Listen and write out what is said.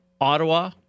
Ottawa